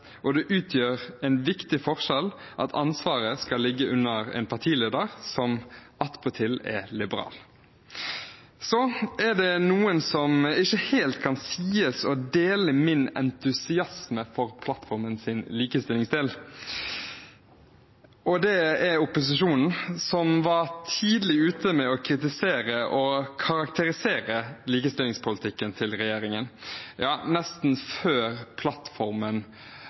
og det utgjør en viktig forskjell at ansvaret skal ligge under en partileder som attpåtil er liberal. Det er noen som ikke helt kan sies å dele min entusiasme for plattformens likestillingsdel, og det er opposisjonen, som var tidlig ute med å kritisere og karakterisere likestillingspolitikken til regjeringen – ja, nesten før man hadde rukket å underskrive plattformen.